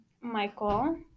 Michael